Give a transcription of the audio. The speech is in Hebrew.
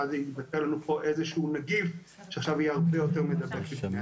ואז ייווצר נגיף שיהיה הרבה יותר מדבק.